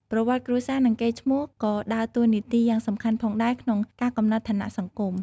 ប្រវត្តិគ្រួសារ និងកេរ្តិ៍ឈ្មោះក៏ដើរតួនាទីយ៉ាងសំខាន់ផងដែរក្នុងការកំណត់ឋានៈសង្គម។